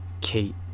kate